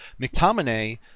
McTominay